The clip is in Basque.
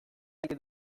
maite